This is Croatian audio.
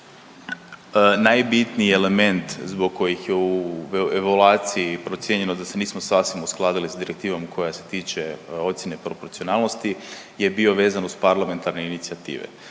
Najbitniji element zbog kojih je u evaluaciji procijenjeno da se nismo sasvim uskladili s direktivom koja se tiče ocjene proporcionalnosti je bio vezan uz parlamentarne inicijative,